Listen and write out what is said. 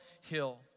Hill